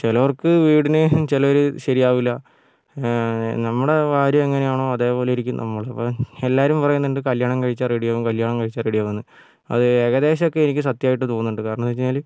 ചിലർക്ക് വീടിന് ചിലര് ശരിയാവില്ല നമ്മുടെ ഭാര്യ എങ്ങനെയാണോ അതേപോലെ ഇരിക്കും നമ്മള് അപ്പോൾ എല്ലാവരും പറയുന്നുണ്ട് കല്യാണം കഴിച്ചാൽ റെഡി ആവും കല്യാണം കഴിച്ചാൽ റെഡി ആവും എന്ന് അത് ഏകദേശം ഒക്കെ എനിക്ക് സത്യമായിട്ട് തോന്നുന്നുണ്ട് കാരണമെന്ന് വെച്ചുകഴിഞ്ഞാല്